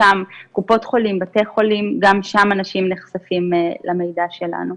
בתי חולים, גם שם אנשים נחשפים למידע שלנו.